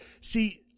See